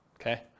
Okay